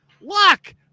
Lock